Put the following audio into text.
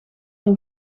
een